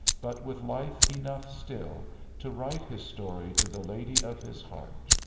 but with life enough still to write his story to the lady of his heart.